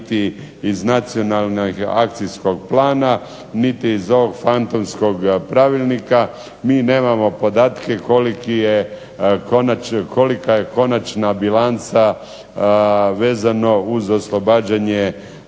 niti iz Nacionalnog akcijskog plana niti iz ovog fantomskog pravilnika, mi nemamo podatke kolika je konačna bilanca vezano uz oslobađanje